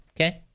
Okay